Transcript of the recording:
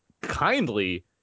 kindly